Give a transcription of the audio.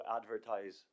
advertise